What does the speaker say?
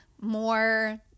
more